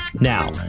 Now